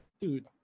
Dude